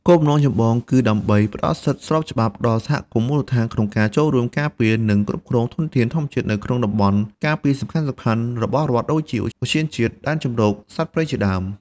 គោលបំណងចម្បង គឺដើម្បីផ្ដល់សិទ្ធិស្របច្បាប់ដល់សហគមន៍មូលដ្ឋានក្នុងការចូលរួមការពារ និងគ្រប់គ្រងធនធានធម្មជាតិនៅក្នុងតំបន់ការពារសំខាន់ៗរបស់រដ្ឋដូចជា ឧទ្យានជាតិ ដែនជម្រកសត្វព្រៃជាដើម។